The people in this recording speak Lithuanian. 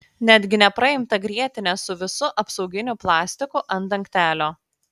netgi nepraimtą grietinę su visu apsauginiu plastiku ant dangtelio